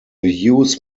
use